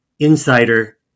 insider